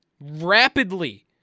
rapidly